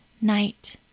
night